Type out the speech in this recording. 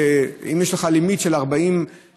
אם יש לך limit של 40 מילים,